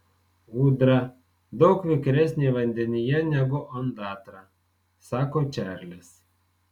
ūdra daug vikresnė vandenyje negu ondatra sako čarlis